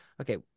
Okay